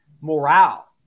morale